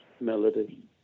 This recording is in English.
melody